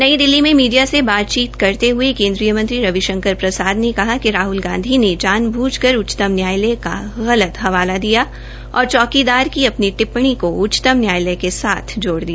नई दिल्ली में मीडियां से बातचीत करते हये केन्दीरय मंत्री रवि शंकर प्रसाद ने कहा कि राहल गांधी ने जानबुझ कर उच्चतम न्यायालय का गलत हवाला दिया और चौकीदार की अपनी टिप्पणी को उच्चतम न्यायालय के साथ जोड़ दिया